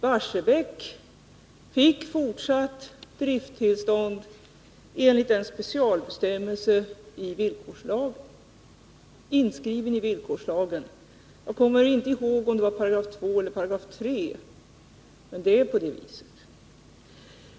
Barsebäck fick ju fortsatt drifttillstånd enligt en specialbestämmelse, inskriven i villkorslagen. Jag kommer inte ihåg om det var 2 § eller 3 §, men det förhåller sig på det viset.